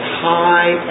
high